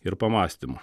ir pamąstymų